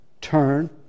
turn